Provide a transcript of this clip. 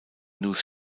news